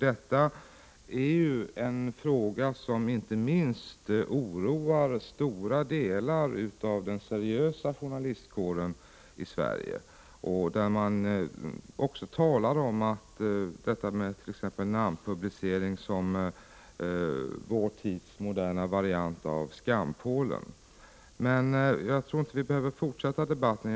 Detta är en fråga som oroar inte minst stora delar av den seriösa journalistkåren i Sverige. Man talar om namnpublicering som vår tids moderna variant av skampålen. Men jag tror inte vi behöver fortsätta debatten.